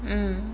mm